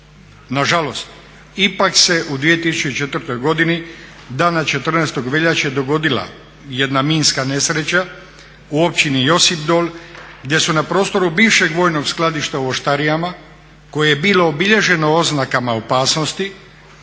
u …/Govornik se ne razumije./…, dana 14. veljače dogodila jedna minska nesreća u Općini Josipdol gdje su na prostoru bivšeg vojnog skladišta u Oštarijama koje je bilo obilježeno oznakama opasnosti